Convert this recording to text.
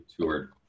toured